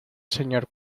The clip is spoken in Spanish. señor